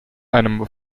einem